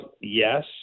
Yes